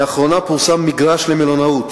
לאחרונה פורסם מגרש למלונאות,